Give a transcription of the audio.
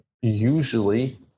usually